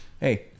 Hey